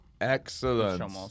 excellent